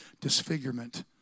disfigurement